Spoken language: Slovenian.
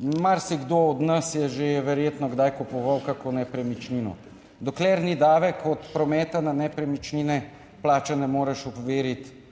in marsikdo od nas je že verjetno kdaj kupoval kako nepremičnino. Dokler ni davek od prometa na nepremičnine plačan, ne moreš overiti